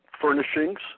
furnishings